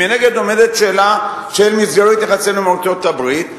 ומנגד עומדת שאלה של מסגרת יחסינו עם ארצות-הברית,